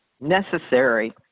necessary